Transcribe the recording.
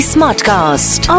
Smartcast